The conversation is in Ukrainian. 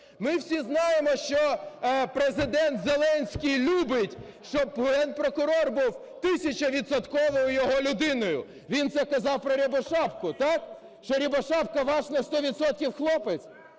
Ми всі знаємо, що Президент Зеленський любить, щоб Генпрокурор був тисячавідсотково його людиною. Він це казав про Рябошапку, так, що Рябошапка – ваш на сто